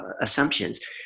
assumptions